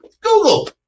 Google